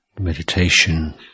meditation